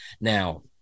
Now